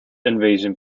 invasion